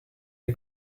you